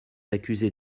accusée